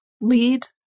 lead